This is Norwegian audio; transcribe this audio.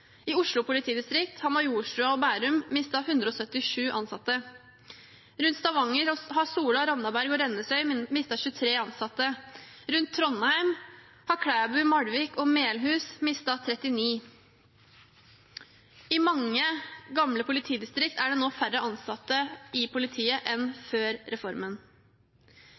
I Oslo politidistrikt har Majorstua og Bærum mistet 177 ansatte. Rundt Stavanger har Sola, Randaberg og Rennesøy mistet 23 ansatte. Rundt Trondheim har Klæbu, Malvik og Melhus mista 39. I mange gamle politidistrikt er det nå færre ansatte i politiet enn før reformen.